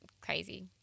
crazy